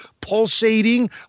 pulsating